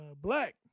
Black